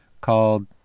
called